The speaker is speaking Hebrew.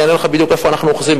אני אענה לך בדיוק איפה אנחנו אוחזים,